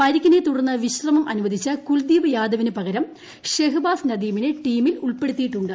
പരിക്കിനെ തുടർന്ന് വിശ്രമം അനുവദിച്ച കുൽദീപ് യാദവിന് പകരം ഷെഹ്ബാസ് നദീമിനെ ടീമിൽ ഉൾപ്പെടുത്തിയിട്ടുണ്ട്